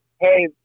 hey